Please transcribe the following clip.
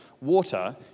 Water